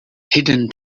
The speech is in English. hidden